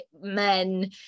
men